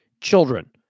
children